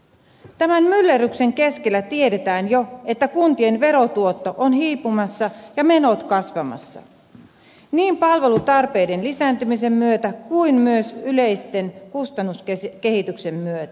tämän myllerryksen keskellä tiedetään jo että kuntien verotuotto on hiipumassa ja menot kasvamassa niin palvelutarpeiden lisääntymisen myötä kuin myös yleisen kustannuskehityksen myötä